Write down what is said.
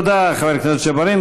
תודה, חבר הכנסת ג'בארין.